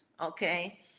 okay